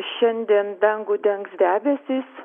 šiandien dangų dengs debesys